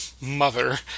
mother